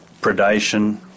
predation